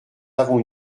avons